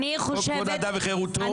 חוק כבוד האדם וחירותו.